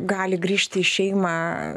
gali grįžti į šeimą